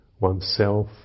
oneself